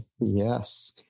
yes